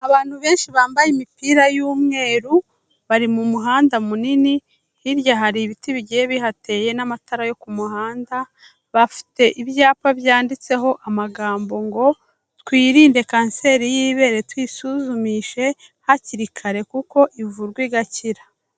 Abantu benshi bambaye imipira y'umweru, bari mu muhanda munini, hirya hari ibiti bigiye bihateye n'amatara yo ku muhanda, bafite ibyapa byanditseho amagambo ngo "Twirinde kanseri y'ibere, tuyisuzumishe hakiri kare kuko ivurwa igakira."